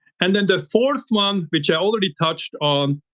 and then the fourth one which i already touched on.